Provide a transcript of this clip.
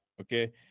Okay